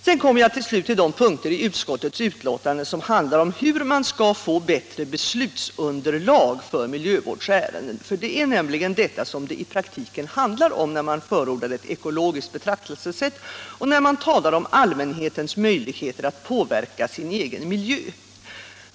Sedan kommer jag till de punkter i utskottets betänkande som handlar om hur man skall få bättre beslutsunderlag för miljövårdsärenden. Det är nämligen detta som det i praktiken handlar om när man förordar ett ekologiskt betraktelsesätt och när man talar om allmänhetens möjligheter att påverka sin egen miljö.